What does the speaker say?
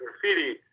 Graffiti